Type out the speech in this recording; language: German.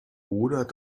oder